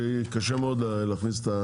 שיהיה קשה מאוד להכניס.